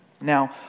Now